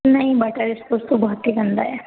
नहीं बटरस्कॉच तो बहुत ही गंदा है